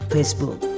Facebook